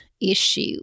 issue